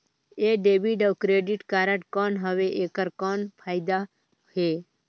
ये डेबिट अउ credit card कौन हवे एकर कौन फाइदा हे?